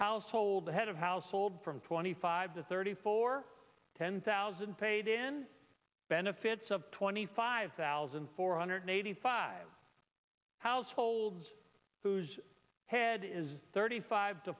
household the head of household from twenty five to thirty four ten thousand paid in benefits of twenty five thousand four hundred eighty five households whose head is thirty five to